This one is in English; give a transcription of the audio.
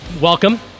Welcome